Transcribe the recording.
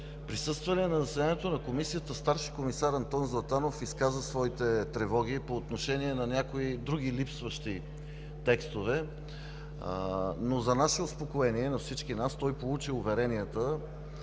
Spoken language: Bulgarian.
присъствалият на заседанието на Комисията старши комисар Антон Златанов изказа своите тревоги по отношение на някои други липсващи текстове. Но за нас е успокоение, за всички нас, той получи уверенията